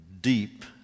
deep